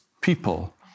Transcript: people